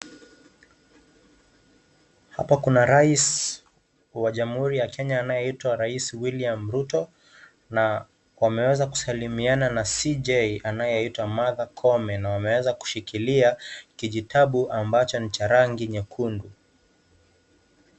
Hapa kuna Rais wa jamuhuri ya Kenya anayeitwa Rais Wiliam Ruto wameweza kusalimiana na cj anayeitwa Martha Koome wakiwa wameshikilia kijitabu ambacho ni cha rangi nyekundu